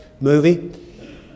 movie